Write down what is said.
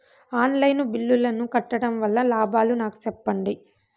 On line బిల్లుల ను కట్టడం వల్ల లాభాలు నాకు సెప్పండి?